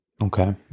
Okay